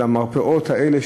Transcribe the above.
של המרפאות האלה,